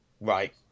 Right